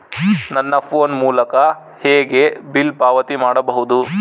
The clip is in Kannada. ನನ್ನ ಫೋನ್ ಮೂಲಕ ಹೇಗೆ ಬಿಲ್ ಪಾವತಿ ಮಾಡಬಹುದು?